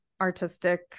artistic